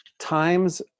times